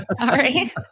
Sorry